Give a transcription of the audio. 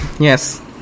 Yes